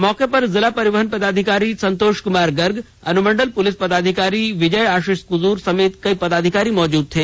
मौके पर जिला परिवहन पदाधिकारी संतोष कुमार गर्ग अनुमंडल पुलिस पदाधिकारी विजय आशीष कुजूर सहित कई पदाधिकारी मौजूद थे